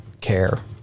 care